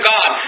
God